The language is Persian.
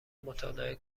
مطالعه